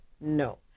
No